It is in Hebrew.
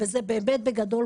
וזה באמת בגדול,